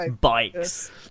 bikes